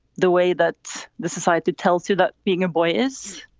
the way that the society tells you that being a boy is.